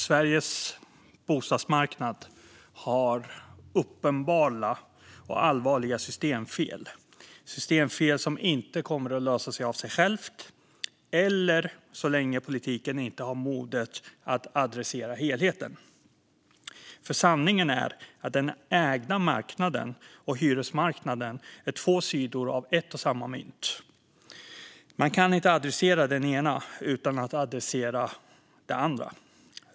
Sveriges bostadsmarknad har uppenbara och allvarliga systemfel som inte kommer att lösas av sig själva eller så länge politiken inte har modet att adressera helheten. För sanningen är att den ägda marknaden och hyresmarknaden är två sidor av ett och samma mynt. Man kan inte adressera den ena utan att adressera den andra.